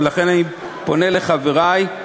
ולכן אני פונה לחברי,